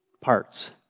parts